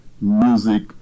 music